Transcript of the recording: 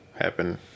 happen